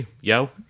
yo